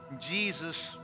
Jesus